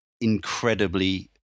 incredibly